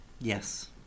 Yes